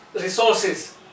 resources